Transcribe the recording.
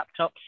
laptops